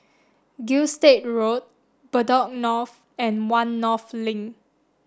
Gilstead Road Bedok North and One North Link